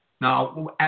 Now